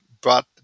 brought